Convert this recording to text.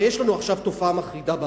הרי יש לנו עכשיו תופעה מחרידה בארץ,